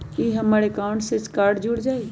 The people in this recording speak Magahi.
ई हमर अकाउंट से कार्ड जुर जाई?